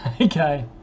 okay